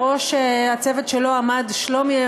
בראש הצוות שלו עמד שלומי,